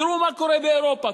תראו מה קורה באירופה.